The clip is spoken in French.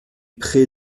pré